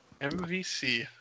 MVC